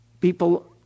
People